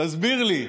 תסביר לי,